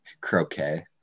Croquet